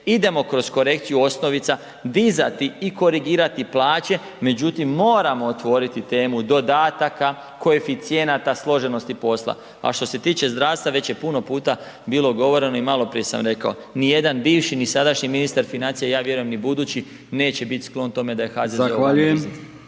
idemo kroz korekciju osnovica dizati i korigirati plaće, međutim moramo otvoriti temu dodataka, koeficijenata složenosti posla. A što se tiče zdravstva već je puno puta bilo govoreno i maloprije sam rekao ni jedan bivši ni sadašnji ministar financija, ja vjerujem ni budući neće biti sklon tome da je HZZO